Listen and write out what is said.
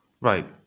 Right